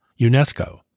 UNESCO